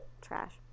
Trash